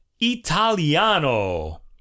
italiano